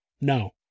No